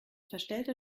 verstellter